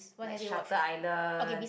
like Shutter Island